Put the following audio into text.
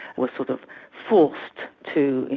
were sort of forced to,